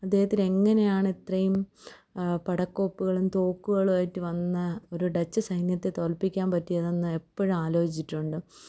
അദ്ദേഹത്തിന് എങ്ങനെയാണ് ഇത്രയും പടക്കോപ്പുകളും തോക്കുകളുമായിട്ട് വന്ന ഒരു ഡച്ച് സൈന്യത്തെ തോൽപ്പിക്കാൻ പറ്റിയതെന്ന് എപ്പോഴും ആലോചിച്ചിട്ടുണ്ട്